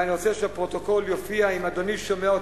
ואני רוצה שבפרוטוקול יופיע, אם אדוני שומע אותי,